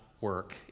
work